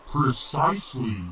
Precisely